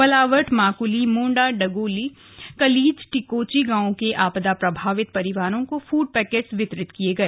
बलावट माकली मोन्डा डगोली कलीच टिकोची गांव के आपदा प्रभावित परिवारों को फूड पैकेट्स वितरित किए गए